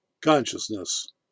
consciousness